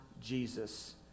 Jesus